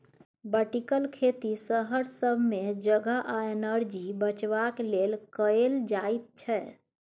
vertical खेती शहर सब मे जगह आ एनर्जी बचेबाक लेल कएल जाइत छै